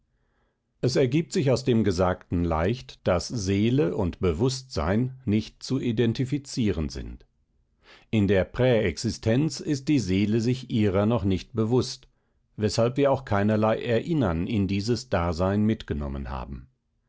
es ergibt sich aus dem gesagten leicht daß seele und bewußtsein nicht zu identifizieren sind in der präexistenz ist die seele sich ihrer noch nicht bewußt weshalb wir auch keinerlei erinnern in dieses dasein mitgenommen haben